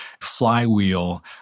flywheel